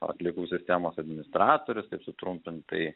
atliekų sistemos administratorius taip sutrumpintai